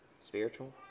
spiritual